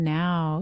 now